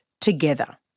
together